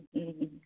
ହୁୁଁ